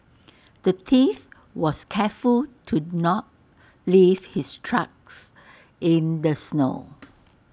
the thief was careful to not leave his tracks in the snow